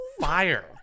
fire